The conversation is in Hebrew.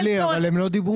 טלי, אבל הם לא דיברו.